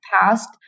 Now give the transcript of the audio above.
past